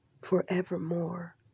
forevermore